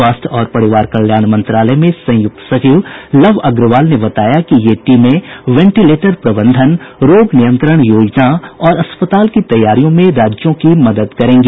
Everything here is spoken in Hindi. स्वास्थ्य और परिवार कल्याण मंत्रालय में संयुक्त सचिव लव अग्रवाल ने बताया कि ये टीमें वेंटिलेटर प्रबंधन रोग नियंत्रण योजना और अस्पताल की तैयारी में राज्यों की मदद करेंगी